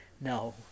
no